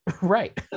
right